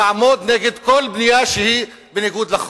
תעמוד נגד כל בנייה שהיא בניגוד לחוק.